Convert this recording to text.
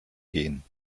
gehen